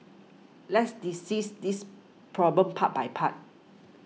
let's decease this problem part by part